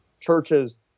churches